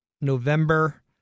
November